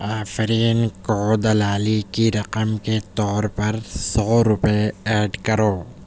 آفرین کو دلالی کی رقم کے طور پر سو روپے ایڈ کرو